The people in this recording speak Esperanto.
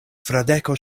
fradeko